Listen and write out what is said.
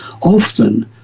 Often